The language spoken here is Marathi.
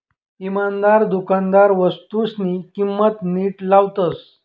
इमानदार दुकानदार वस्तूसनी किंमत नीट लावतस